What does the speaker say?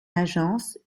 agences